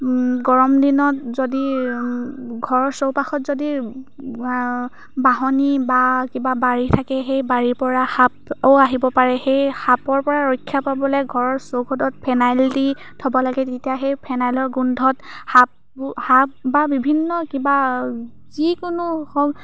গৰম দিনত যদি ঘৰৰ চৌপাশত যদি বাঁহনি বা কিবা বাৰী থাকে সেই বাৰীৰ পৰা সাপো আহিব পাৰে সেই সাপৰ পৰা ৰক্ষা পাবলৈ ঘৰৰ চৌহদত ফেনাইল দি থ'ব লাগে তেতিয়া সেই ফেনাইলৰ গোন্ধত সাপো সাপ বা বিভিন্ন কিবা যিকোনো হওক